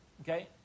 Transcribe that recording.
Okay